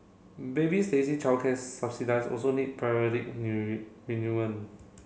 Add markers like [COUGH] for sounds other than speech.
baby Stacey childcare subsidies also need periodic [UNINTELLIGIBLE]